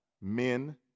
men